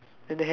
okay